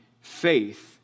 faith